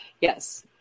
Yes